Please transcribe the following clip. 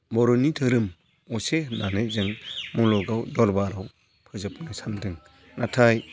बर' धोरोम असे होननानै जों मुलुगाव दरबाराव फोसावनो सान्दों नाथाय